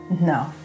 No